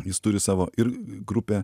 jis turi savo ir grupę